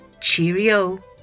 Cheerio